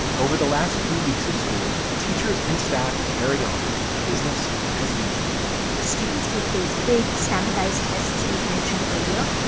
over the last few weeks of school, the teachers and staff carry on business as usual the students take those big standardized tests we've mentioned earlier.